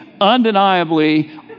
undeniably